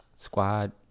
Squad